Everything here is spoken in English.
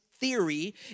theory